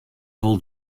wol